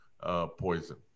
poison